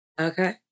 Okay